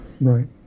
Right